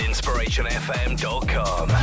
InspirationFM.com